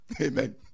Amen